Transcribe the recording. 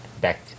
back